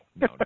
no